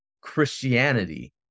Christianity